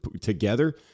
together